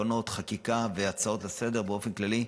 כתקנות חקיקה וכהצעות לסדר באופן כללי,